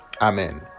amen